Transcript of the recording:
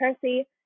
percy